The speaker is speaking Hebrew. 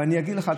ואני אגיד לך,